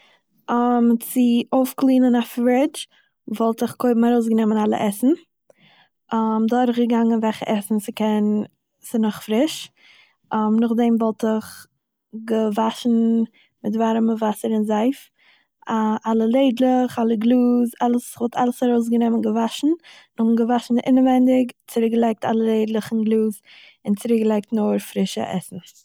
צו אויפקלינען א פרידזש, וואלט איך קודם ארויסגענומען אלע עסן, דורכגעגאנגען וועלכע עסן ס'קען- ס'איז נאך פריש, נאכדעם וואלט איך געוואשן מיט ווארימע וואסער און זייף אלע לעדלעך אלע גלאז, אלעס- כ'וואלט אלעס ארויסגענומען און געוואשן, און געוואשן אינעווייניג, צוריקגעלייגט אלע לעדלעך און גלאז, און צוריקגעלייגט נאר פרישע עסן